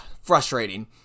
frustrating